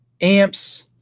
amps